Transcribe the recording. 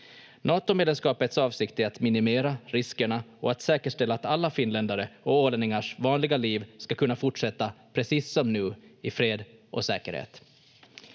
Natomedlemskapets avsikt är att minimera riskerna och att säkerställa att alla finländares och ålänningars vanliga liv ska kunna fortsätta precis som nu, i fred och säkerhet.